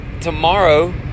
tomorrow